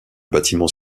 bâtiment